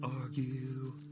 argue